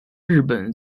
日本